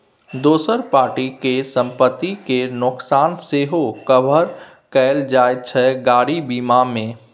दोसर पार्टी केर संपत्ति केर नोकसान सेहो कभर कएल जाइत छै गाड़ी बीमा मे